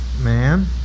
man